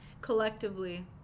collectively